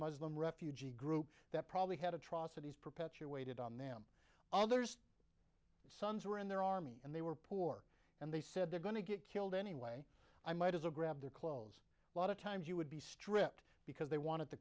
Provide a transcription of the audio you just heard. muslim refugee group that probably had atrocities perpetuated on them others sons were in their army and they were poor and they said they're going to get killed anyway i might as a grab their clothes lot of times you would be stripped because they wanted the